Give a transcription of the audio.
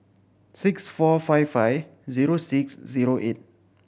six four five five zero six zero eight